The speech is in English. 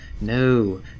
No